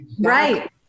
Right